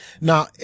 Now